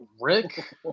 Rick